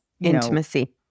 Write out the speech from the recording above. intimacy